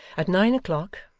at nine o'clock,